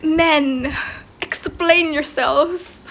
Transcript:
men explain yourselves